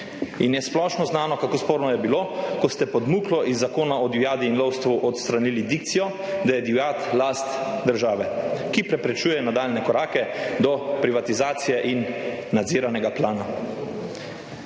in je splošno znano, kako sporno je bilo, ko ste pod muklo iz Zakona o divjadi in lovstvu odstranili dikcijo, da je divjad last države, ki preprečuje nadaljnje korake do privatizacije in nadziranega plana.